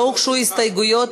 לא הוגשו הסתייגויות,